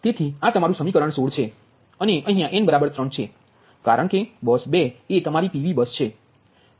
તેથી તે બસમાં તમને Q2 ની કિમ્મત ખબર નથી